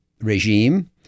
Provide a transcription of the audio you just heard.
regime